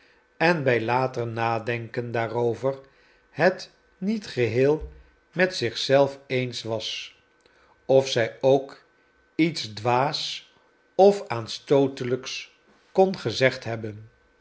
en bij later nadenken daarover het niet geheel met zich zelf eens was of zij ook iets dwaas of aanstootelijks kon gezegd hebben